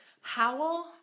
Howl